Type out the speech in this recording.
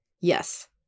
yes